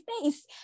face